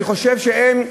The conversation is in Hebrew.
אני חושב שהם,